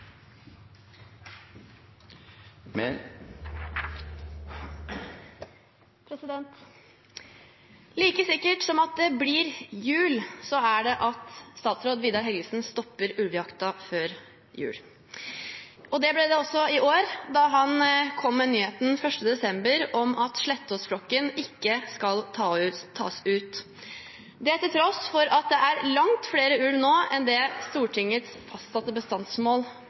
Like sikkert som at det blir jul, er det at statsråd Vidar Helgesen stopper ulvejakten før jul. Slik ble det også i år, da han kom med nyheten 1. desember om at Slettås-flokken ikke skal tas ut – det til tross for at det er langt flere ulv nå enn det som er Stortingets fastsatte bestandsmål,